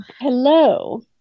Hello